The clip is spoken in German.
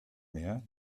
mehr